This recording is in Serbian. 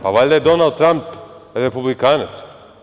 Pa, valjda je Donald Tramp republikanac.